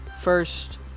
First